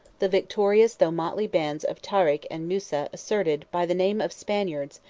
the victorious though motley bands of tarik and musa asserted, by the name of spaniards,